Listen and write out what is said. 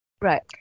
Right